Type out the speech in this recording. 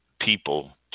people